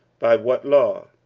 by what law?